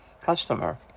Customer